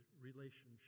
relationship